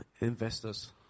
investors